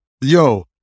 yo